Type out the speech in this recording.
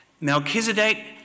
Melchizedek